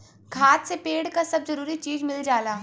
खाद से पेड़ क सब जरूरी चीज मिल जाला